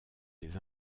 des